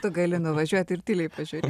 tu gali nuvažiuoti ir tyliai pažiūrė